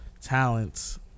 talents